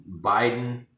Biden